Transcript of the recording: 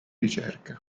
ricerca